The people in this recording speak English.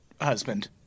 husband